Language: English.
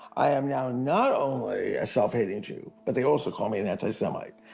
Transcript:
i am now not only a self-hating jew, but they also call me an anti-semite.